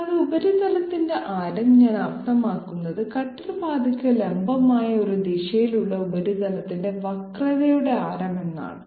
കൂടാതെ ഉപരിതലത്തിന്റെ ആരം ഞാൻ അർത്ഥമാക്കുന്നത് കട്ടർ പാതയ്ക്ക് ലംബമായ ഒരു ദിശയിലുള്ള ഉപരിതലത്തിന്റെ വക്രതയുടെ ആരം എന്നാണ്